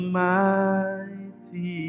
mighty